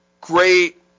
great